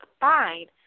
find